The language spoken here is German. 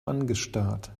angestarrt